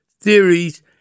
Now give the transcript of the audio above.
theories